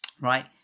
right